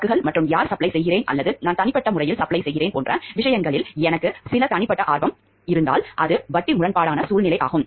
சரக்குகள் மற்றும் யார் சப்ளை செய்கிறேன் அல்லது நான் தனிப்பட்ட முறையில் சப்ளை செய்கிறேன் போன்ற விஷயங்களில் எனக்கு சில தனிப்பட்ட ஆர்வம் இருந்தால் அது வட்டி முரண்பாடான சூழ்நிலையாகும்